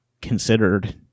considered